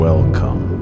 Welcome